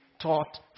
taught